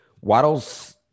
Waddle's